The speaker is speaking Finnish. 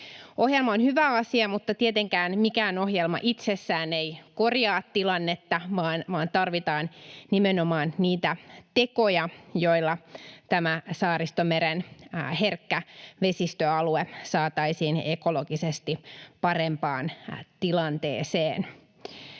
Ohjelma on hyvä asia, mutta tietenkään mikään ohjelma itsessään ei korjaa tilannetta, vaan tarvitaan nimenomaan niitä tekoja, joilla tämä Saaristomeren herkkä vesistöalue saataisiin ekologisesti parempaan tilanteeseen.